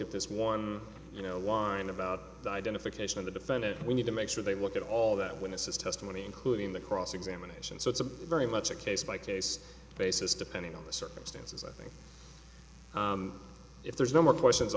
at this one you know a line about the identification of the defendant and we need to make sure they look at all that witnesses testimony including the cross examination so it's a very much a case by case basis depending on the circumstances i think if there's no more questions